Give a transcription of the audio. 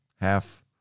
half